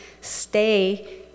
stay